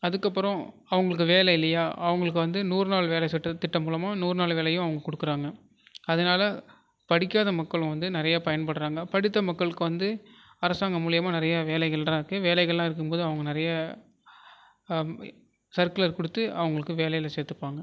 அதுக்கு அப்புறம் அவங்களுக்கு வேலை இல்லையா அவங்களுக்கு வந்து நூறு நாள் வேலை திட்டம் மூலமாக நூறு நாள் வேலையும் அவங்க கொடுக்குறாங்க அதனால படிக்காத மக்களும் வந்து நிறையா பயன்படுகிறாங்க படித்த மக்களுக்கு வந்து அரசாங்கம் மூலிமா நிறையா வேலைகள்லாம் இருக்குது வேலைகள்லாம் இருக்கும்போது அவங்க நிறையா சர்குலர் கொடுத்து அவங்களுக்கு வேலையில் சேர்த்துப்பாங்க